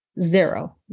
Zero